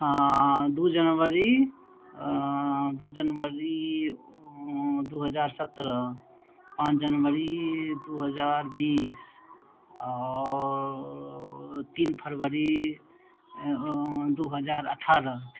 दू जनवरी दू जनवरी दू हजार सतरह पांच जनवरी दू हजार बीस आओर तीन फरवरी दू हजार अठारह